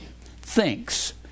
thinks